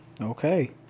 Okay